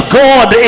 god